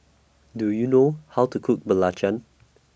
Do YOU know How to Cook Belacan